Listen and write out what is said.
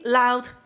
loud